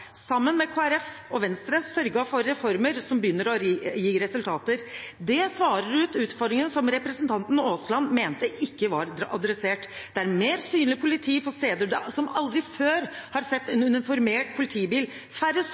sammen med Kristelig Folkeparti og Venstre, sørget for reformer som begynner å gi resultater. Det svarer ut utfordringen som representanten Aasland mente ikke var adressert. Det er mer synlig politi på steder som aldri før har sett uniformert politi. Færre